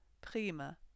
prima